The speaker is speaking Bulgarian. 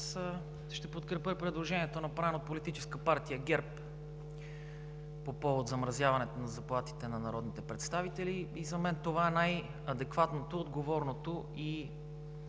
ще подкрепя предложението, направено от Политическа партия ГЕРБ по повод замразяването на заплатите на народните представители. И за мен това е най-адекватното, отговорното и,